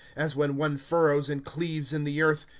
as when one furrows and cleaves in the earth,